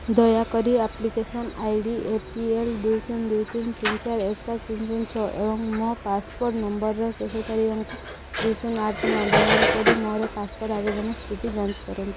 ଦୟାକରି application I D A P L ଦୁଇ ଶୂନ ଦୁଇ ତିନ ଶୂନ ଚାରି ଏକ ସାତ ଶୂନ ଶୂନ ଛଅ ଏବଂ ମୋ ପାସପୋର୍ଟ୍ ନମ୍ବରର ଶେଷ ଚାରି ଅଙ୍କ ଦୁଇ ଶୂନ ଆଠ ନଅ ବ୍ୟବହାର କରି ମୋର ପାସପୋର୍ଟ୍ ଆବେଦନ ସ୍ଥିତି ଯାଞ୍ଚ କରନ୍ତୁ